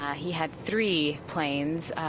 he had three planes.